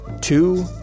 two